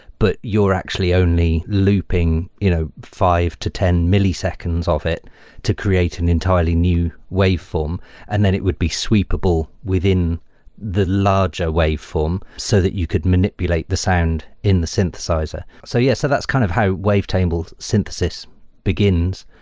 but you're actually only looping you know five to ten milliseconds of it to create an entirely new waveform and then it would be sweepable within the larger waveform so that you could manipulate the sound in the synthesizer. so yeah. so that's kind of how wave table synthesis begins.